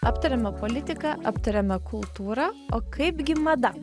aptarėme politiką aptarėme kultūrą o kaipgi mada